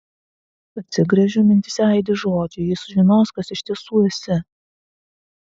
atsigręžiu mintyse aidi žodžiai jei sužinos kas iš tiesų esi